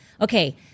Okay